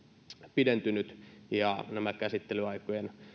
pidentynyt nämä käsittelyaikojen